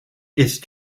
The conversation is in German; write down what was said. ist